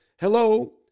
Hello